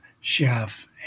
chef